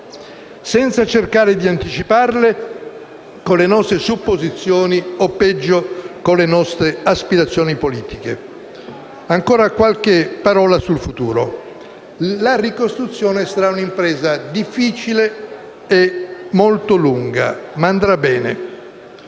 senza cercare di anticiparle con le nostre supposizioni o, peggio, con le nostre aspirazioni politiche. Ancora poche parole sul futuro. La ricostruzione sarà un'impresa difficile e molto lunga, ma andrà bene.